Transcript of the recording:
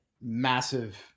massive